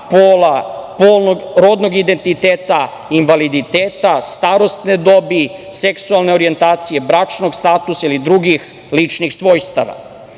pola, rodnog identiteta, invaliditeta, starosne dobi, seksualne orjentacije, bračnog statusa ili drugih ličnih svojstava.